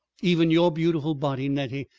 even your beautiful body, nettie,